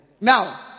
Now